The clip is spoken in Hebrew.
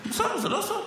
בסדר, זה לא סוד.